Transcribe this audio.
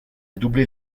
doubler